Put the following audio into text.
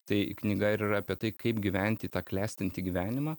tai knyga ir yra apie tai kaip gyventi tą klestintį gyvenimą